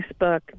Facebook